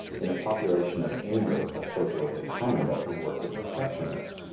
in a population of angels a socialistic commonwealth would work to perfection.